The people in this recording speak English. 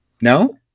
No